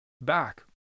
back